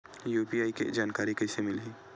UPI के जानकारी कइसे मिलही?